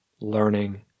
learning